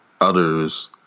others